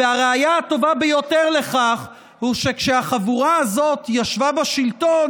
והראיה הטובה ביותר לכך היא שכשהחבורה הזאת ישבה בשלטון,